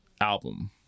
album